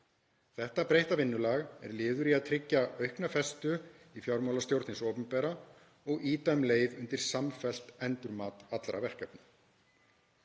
Þetta breytta vinnulag er liður í að tryggja aukna festu í fjármálastjórn hins opinbera og ýta um leið undir samfellt endurmat allra verkefna.